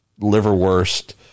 liverwurst